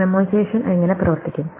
memoization എങ്ങനെ പ്രവർത്തിക്കും